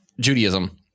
Judaism